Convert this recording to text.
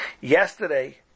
Yesterday